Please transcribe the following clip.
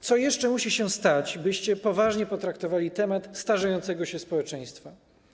Co jeszcze musi się stać, byście poważnie potraktowali temat starzejącego się społeczeństwa?